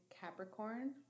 Capricorn